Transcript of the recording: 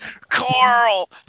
Carl